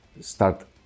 start